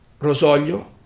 rosolio